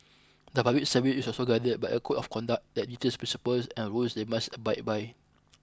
the public service is also guided by a code of conduct that details principles and rules they must abide by